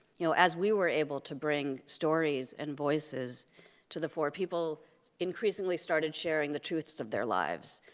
you know, as we were able to bring stories and voices to the floor, people increasingly started sharing the truths of their lives.